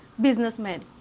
Businessman